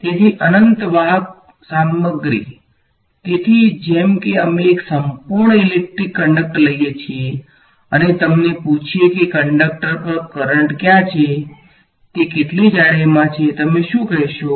તેથી અનંત વાહક સામગ્રી અધિકાર તેથી જેમ કે અમે એક સંપૂર્ણ ઇલેક્ટ્રિક કંડક્ટર લઈએ છીએ અને તમને પૂછીએ કે કંડક્ટર પર કરંટ ક્યાં છે તે કેટલી જાડાઈમાં છે તમે શું કહેશો